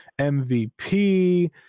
mvp